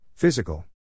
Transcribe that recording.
Physical